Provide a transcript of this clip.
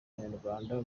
abanyarwanda